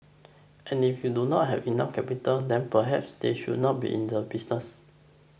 and if they do not have enough capital then perhaps they should not be in the business